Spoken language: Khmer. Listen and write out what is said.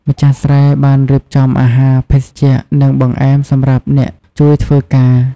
ម្ចាស់ស្រែបានរៀបចំអាហារ ភេសជ្ជៈ និងបង្អែមសម្រាប់អ្នកជួយធ្វើការ។